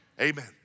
Amen